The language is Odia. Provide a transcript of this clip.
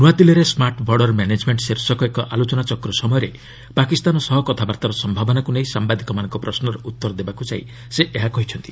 ନୂଆଦିଲ୍ଲୀରେ ସ୍କାର୍ଟ ବର୍ଡର୍ ମ୍ୟାନେଜ୍ମେଣ୍ଟ ଶୀର୍ଷକ ଏକ ଆଲୋଚନା ଚକ୍ର ସମୟରେ ପାକିସ୍ତାନ ସହ କଥାବାର୍ତ୍ତାର ସମ୍ଭାବନାକୁ ନେଇ ସାମ୍ଭାଦିକମାନଙ୍କ ପ୍ରଶ୍ନର ଉତ୍ତର ଦେବାକୁ ଯାଇ ସେ ଏହା କହିଛନ୍ତି